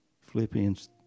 Philippians